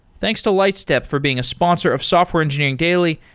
thanks to lightstep for being a sponsor of software engineering daily,